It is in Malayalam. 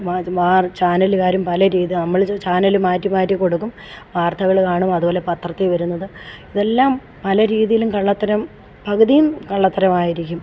ചാനലുകാരും പല രീതി നമ്മൾ ചാനൽ മാറ്റി മാറ്റി കൊടുക്കും വാർത്തകൾ കാണും അതുപോലെ പത്രത്തിൽ വരുന്നത് ഇതെല്ലാം പല രീതിയിലും കള്ളത്തരം പകുതിയും കള്ളത്തരമായിരിക്കും